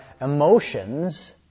emotions